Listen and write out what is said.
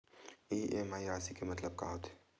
EMI राशि के मतलब का होथे?